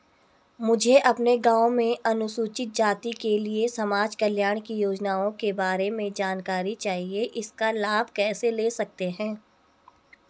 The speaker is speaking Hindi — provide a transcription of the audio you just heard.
मुझे अपने गाँव में अनुसूचित जाति के लिए समाज कल्याण की योजनाओं के बारे में जानकारी चाहिए इसका लाभ कैसे ले सकते हैं?